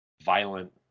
violent